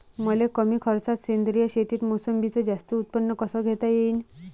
मले कमी खर्चात सेंद्रीय शेतीत मोसंबीचं जास्त उत्पन्न कस घेता येईन?